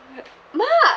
ma